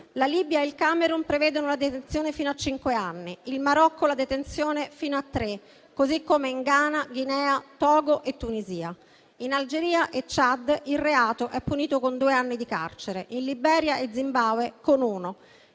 La Libia e il Camerun prevedono la detenzione fino a cinque anni, il Marocco la detenzione fino a tre anni, così come in Ghana, Guinea, Togo e Tunisia. In Algeria e Ciad il reato è punito con due anni di carcere, in Liberia e Zimbabwe con uno;